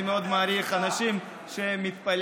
אני מאוד מעריך אנשים שמתפללים,